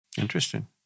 Interesting